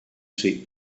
see